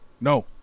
No